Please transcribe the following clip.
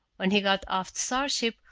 when he got off the starship,